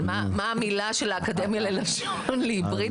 מה הפירוש של האקדמיה ללשון למילה היברידי?